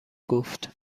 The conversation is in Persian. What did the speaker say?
گفت